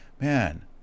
man